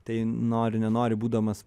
tai nori nenori būdamas